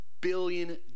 billion